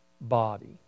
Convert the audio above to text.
body